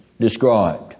described